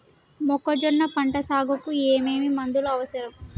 మొక్కజొన్న పంట సాగుకు ఏమేమి మందులు అవసరం?